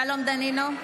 שלום דנינו,